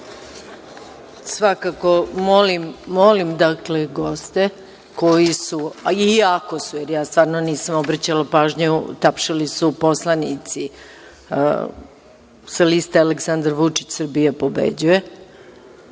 molim, dakle, goste koji su, a i ako su, ja stvarno nisam obraćala pažnju, tapšali su poslanici sa liste Aleksandar Vučić – Srbija pobeđuje,